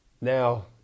now